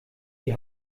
die